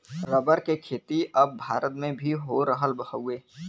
rubber के खेती अब भारत में भी हो रहल हउवे